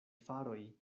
faroj